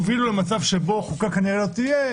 הובילו למצב שבו חוקה כנראה לא תהיה,